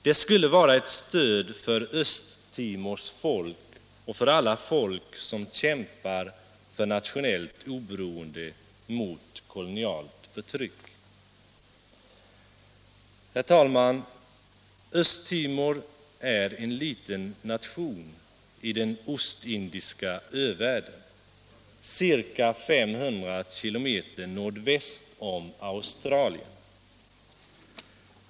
Det skulle vara ett stöd för Östtimors folk och för alla folk som kämpar för nationellt oberoende mot kolonialt förtryck. Herr talman! Östtimor är en liten nation i den ostindiska övärlden, ca 500 km nordväst om Australien.